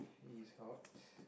he is hot